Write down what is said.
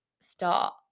start